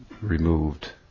removed